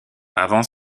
avant